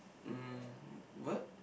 mm what